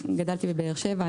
גדלתי בבאר שבע.